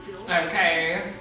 Okay